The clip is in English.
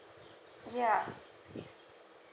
ya